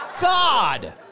God